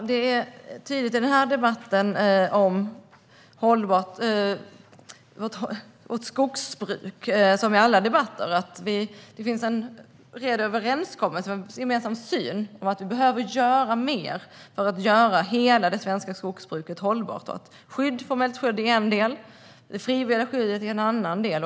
Herr talman! I debatten om hållbart skogsbruk, som i alla debatter, finns det en bred överenskommelse och en gemensam syn om att vi behöver göra mer för att göra hela det svenska skogsbruket hållbart. Formellt skydd är en del. Det frivilliga skyddet är en annan del.